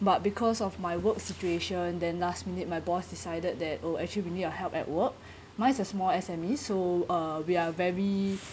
but because of my work situation then last minute my boss decided that oh actually we need your help at work mine is a small S_M_E so uh we are very